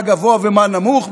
מה גבוה ומה נמוך.